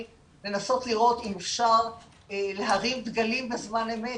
לנסות לראות אם אפשר להרים דגלים בזמן אמת.